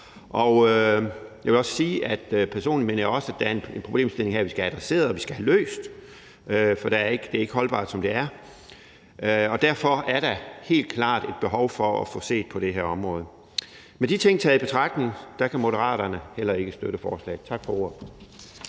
jeg også, at der er en problemstilling her, som vi skal have adresseret og løst, for det er ikke holdbart, som det er. Derfor er der helt klart et behov for at få set på det her område. Med de ting taget i betragtning kan Moderaterne heller ikke støtte forslaget. Tak for ordet.